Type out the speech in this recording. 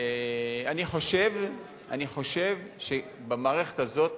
אני חושב שבמערכת הזאת